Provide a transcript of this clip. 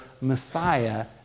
Messiah